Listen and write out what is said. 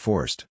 Forced